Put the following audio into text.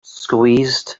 squeezed